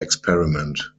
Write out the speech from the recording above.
experiment